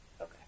Okay